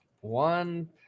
One